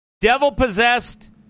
devil-possessed